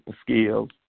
skills